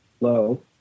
low